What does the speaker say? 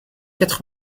quatre